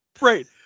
Right